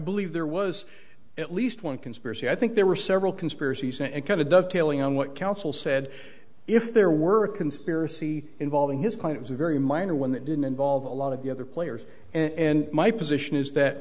believe there was at least one conspiracy i think there were several conspiracies and kind of dovetailing on what council said if there were a conspiracy involving his client was a very minor one that didn't involve a lot of the other players and my position is that